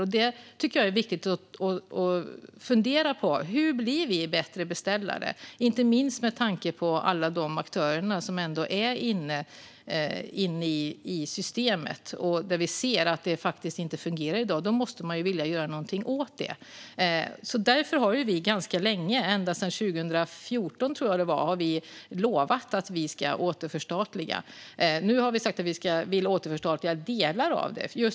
Jag tycker att det är viktigt att fundera på hur vi blir bättre beställare, inte minst med tanke på alla de aktörer som är inne i systemet. När man ser att det faktiskt inte fungerar i dag måste man ju vilja göra något åt det. Därför har vi ganska länge - ända sedan 2014, tror jag - lovat att vi ska återförstatliga järnvägsunderhållet. Nu har vi sagt att vi vill återförstatliga delar av det.